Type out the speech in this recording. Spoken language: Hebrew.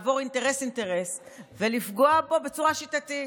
לעבור אינטרס-אינטרס ולפגוע בו בצורה שיטתית?